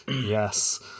Yes